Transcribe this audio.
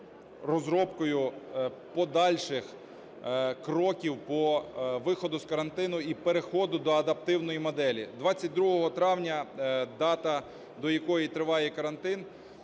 розробкою подальших кроків по виходу з карантину і переходу до адаптивної моделі. 22 травня – дата, до якої триває карантин.